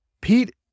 Pete